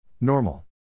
Normal